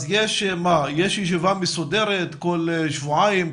יש ישיבה מסודרת כל שבועיים,